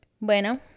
Bueno